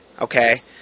Okay